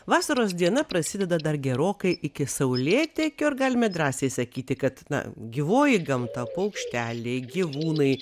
vasaros diena prasideda dar gerokai iki saulėtekio ir galime drąsiai sakyti kad na gyvoji gamta paukšteliai gyvūnai